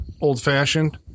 old-fashioned